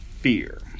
fear